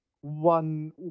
one